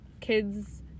kids